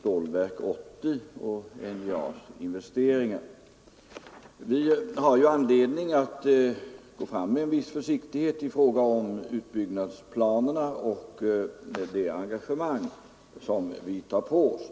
Stålverk 80 och NJA:s investeringar. Vi har anledning att gå fram med en viss försiktighet i fråga om utbyggnadsplanerna och det engagemang som vi tar på oss.